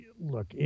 look